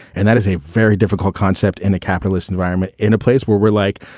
and that is a very difficult concept in a capitalist environment, in a place where we're like.